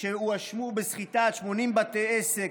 שהואשמו בסחיטה של 80 בתי עסק.